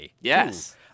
yes